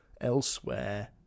elsewhere